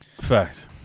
fact